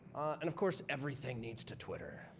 and of course, everything needs to twitter.